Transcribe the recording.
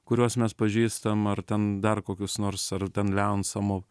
kuriuos mes pažįstam ar ten dar kokius nors ar ten leon samov